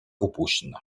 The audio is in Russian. упущена